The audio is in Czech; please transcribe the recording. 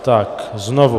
Tak znovu.